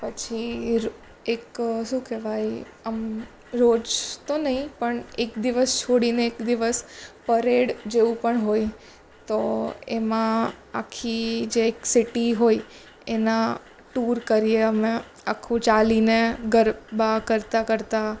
પછી એક શું કહેવાય રોજ તો નહીં પણ એક દિવસ છોડીને એક દિવસ પરેડ જેવું પણ હોય તો એમાં આખી જે એક સિટી હોય એના ટૂર કરીએ અમે આખું ચાલીને ગરબા કરતા કરતા